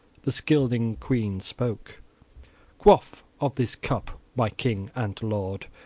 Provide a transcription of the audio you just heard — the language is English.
the scylding queen spoke quaff of this cup, my king and lord,